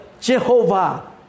Jehovah